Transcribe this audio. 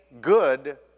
good